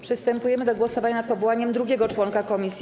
Przystępujemy do głosowania nad powołaniem drugiego członka komisji.